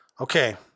Okay